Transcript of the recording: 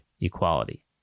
equality